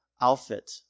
outfit